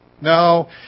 No